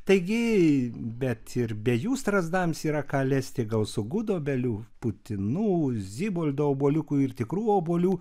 taigi bet ir be jų strazdams yra ką lesti gausu gudobelių putinų ziboldo obuoliukų ir tikrų obuolių